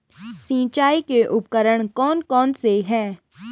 सिंचाई के उपकरण कौन कौन से हैं?